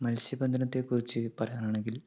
മത്സ്യബന്ധനത്തെക്കുറിച്ച് പറയാനാണെങ്കിൽ